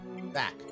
Back